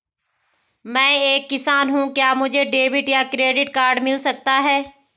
मैं एक किसान हूँ क्या मुझे डेबिट या क्रेडिट कार्ड मिल सकता है?